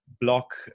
block